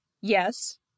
Yes